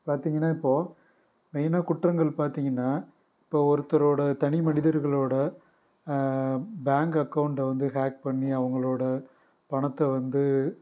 பார்த்தீங்கன்னா இப்போது மெயினா குற்றங்கள் பார்த்தீங்கன்னா இப்போது ஒருத்தரோடய தனி மனிதர்களோடய பேங்க் அக்கௌண்ட்டை வந்து ஹேக் பண்ணி அவங்களோடய பணத்தை வந்து